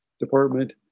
Department